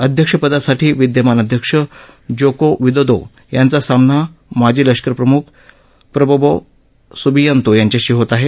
अध्यक्षपदासाठी विद्यमान अध्यक्ष जोको विदोदो यांचा सामना माजी लष्करप्रमुख प्रबोवो सुबियांतो यांच्याशी होत आहे